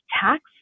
tax